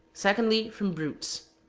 secondly, from brutes.